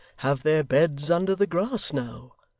have their beds under the grass now.